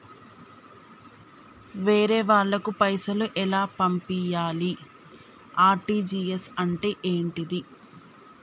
వేరే వాళ్ళకు పైసలు ఎలా పంపియ్యాలి? ఆర్.టి.జి.ఎస్ అంటే ఏంటిది?